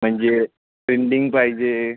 म्हणजे ट्रेंडिंग पाहिजे